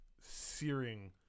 searing